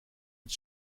het